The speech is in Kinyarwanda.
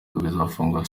bizafungurwa